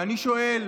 ואני שואל: